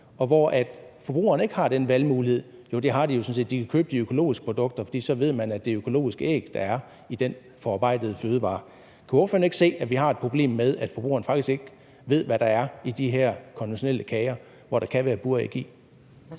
Forbrugerne har ikke den valgmulighed. Jo, det har de jo sådan set. De kan købe de økologiske produkter, for så ved man, at det er økologiske æg, der er i den forarbejdede fødevare. Kan ordføreren ikke se, at vi har et problem med, at forbrugeren faktisk ikke ved, hvad der er i de her konventionelle kager, som der kan være buræg i?